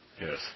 Yes